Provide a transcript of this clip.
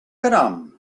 caram